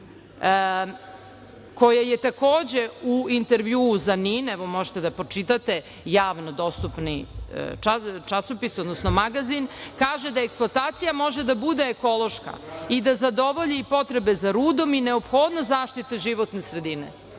koja je takođe u intervjuu za NIN, možete da pročitate javno dostupni časopis, odnosno magazin, kaže – eksploatacija može da bude ekološka i da zadovoljni potrebe za rudom i neophodnost zaštite životne sredine. Znači,